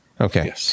Okay